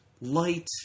light